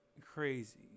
crazy